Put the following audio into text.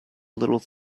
little